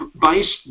based